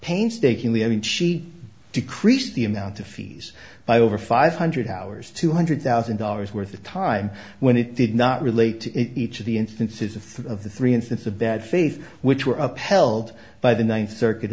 painstakingly i mean she decreased the amount of fees by over five hundred hours two hundred thousand dollars worth of time when it did not relate to each of the instances of the three instances of bad faith which were upheld by the ninth circuit